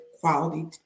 quality